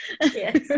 Yes